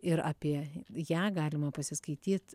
ir apie ją galima pasiskaityt